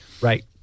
Right